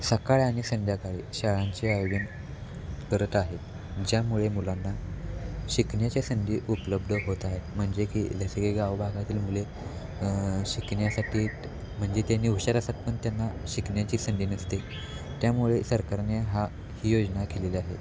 सकाळ आणि संध्याकाळी शाळांचे आयोजन करत आहे ज्यामुळे मुलांना शिकण्याच्या संधी उपलब्ध होत आहे म्हणजे की जसे की गाव भागातील मुले शिकण्यासाठी म्हणजे त्यांनी हुशार असतात पण त्यांना शिकण्याची संधी नसते त्यामुळे सरकारने हा ही योजना केलेली आहे